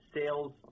sales